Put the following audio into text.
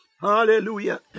Hallelujah